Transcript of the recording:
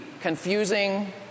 confusing